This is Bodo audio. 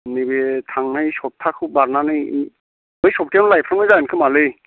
नैबे थांनाय सप्ताहखौ बारनानै बै सप्ताहयाव लायफ्रामनाय जागोन खोमालै